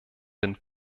den